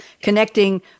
connecting